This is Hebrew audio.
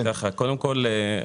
קודם כל,